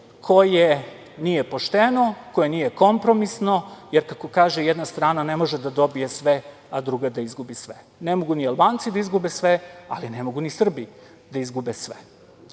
koje nije pošteno, koje nije kompromisno, jer kako kaže – jedna strana ne može da dobije sve, a druga da izgubi sve. Ne mogu ni Albanci da izgube sve, ali ne mogu ni Srbi da izgube sve